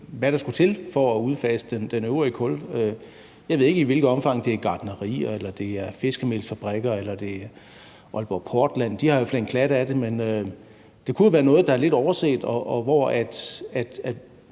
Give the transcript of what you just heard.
hvad der skulle til for at udfase den øvrige kul. Jeg ved ikke, i hvilket omfang det er gartnerier, eller det er fiskemelsfabrikker, eller det er Aalborg Portland. De har i hvert fald en klat af det. Men det kunne jo være noget, der er lidt overset, og hvor